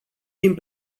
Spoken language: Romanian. timp